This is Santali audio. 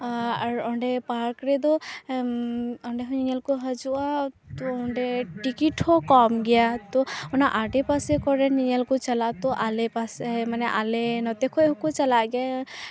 ᱟᱨ ᱚᱸᱰᱮ ᱯᱟᱨᱠ ᱨᱮᱫᱚ ᱚᱰᱮᱦᱚᱸ ᱧᱮᱧᱮᱞ ᱠᱚ ᱦᱤᱡᱩᱜᱼᱟ ᱛᱳ ᱚᱸᱰᱮ ᱴᱤᱠᱤᱴ ᱦᱚᱸ ᱠᱚᱢ ᱜᱮᱭᱟ ᱛᱳ ᱚᱱᱟ ᱟᱰᱮᱯᱟᱥᱮ ᱠᱚᱨᱮᱱ ᱧᱮᱧᱮᱞ ᱠᱚ ᱪᱟᱞᱟᱜ ᱛᱳ ᱟᱞᱮ ᱯᱟᱥᱮ ᱢᱟᱱᱮ ᱟᱞᱮ ᱱᱚᱛᱮ ᱠᱷᱚᱡ ᱦᱚᱸᱠᱚ ᱪᱟᱞᱟᱜ ᱜᱮᱭᱟ